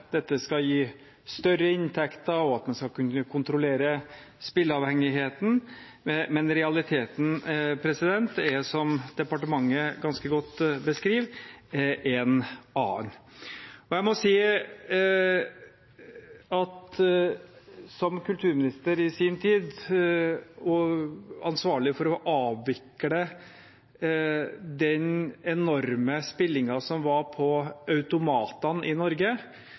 dette skal gi større inntekter, og at man skal kunne kontrollere spilleavhengigheten, men realiteten er, som departementet ganske godt beskriver, en annen. Jeg må si at jeg som kulturminister i sin tid og ansvarlig for å avvikle den enorme spillingen som var på automatene i Norge,